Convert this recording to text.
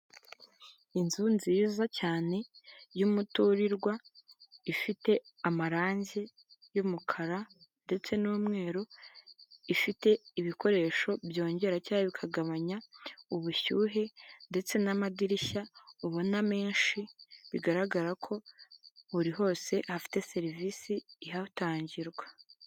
Inzu nziza cyane y'umuturirwa ifite amarangi y'umukara ndetse n'umweru ifite ibikoresho byongera cyangwa bikagabanya ubushyuhe ndetse n'amadirishya ubona menshi bigaragara ko buri hose hafite serivisi ihatangirwa.